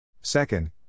Second